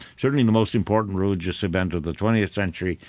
certainly the most important religious event of the twentieth century,